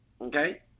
Okay